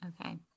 Okay